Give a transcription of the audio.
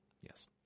Yes